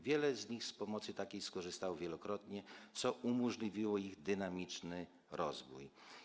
Wiele z nich z pomocy takiej skorzystało wielokrotnie, co umożliwiło ich dynamiczny rozwój.